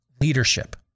leadership